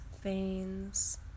veins